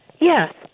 Yes